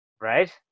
Right